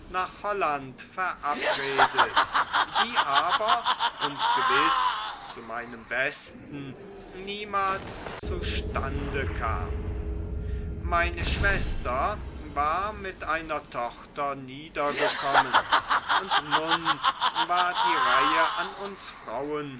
nach holland verabredet die aber und gewiß zu meinem besten niemals zustande kam meine schwester war mit einer tochter niedergekommen und nun war die reihe an uns frauen